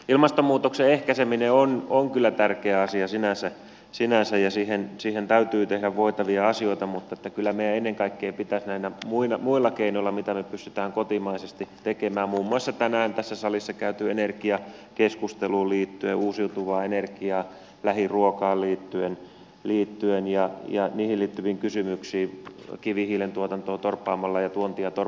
ilmastonmuutoksen ehkäiseminen on kyllä tärkeä asia sinänsä ja siihen täytyy tehdä voitavia asioita mutta kyllä meidän ennen kaikkea pitäisi käyttää näitä muita keinoja mitä me pystymme kotimaisesti tekemään muun muassa tänään tässä salissa käytyyn energiakeskusteluun liittyen uusiutuvaa energiaa lähiruokaa ja niihin liittyviä kysymyksiä kivihiilen tuotannon torppaamista ja tuonnin torppaamista ja niin edelleen